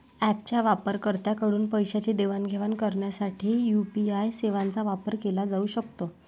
ऍपच्या वापरकर्त्यांकडून पैशांची देवाणघेवाण करण्यासाठी यू.पी.आय सेवांचा वापर केला जाऊ शकतो